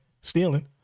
stealing